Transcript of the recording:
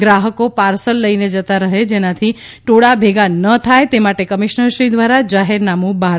ગ્રાહકો પાર્સલ લઈને જતા રહે જેનાથી ટોળા ભેગા ન થાય તે માટે કમિશનરશ્રી દ્વારા જાહેરનામું બહાર પાડેલ છે